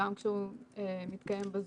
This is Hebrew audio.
גם כשהוא מתקיים בזום,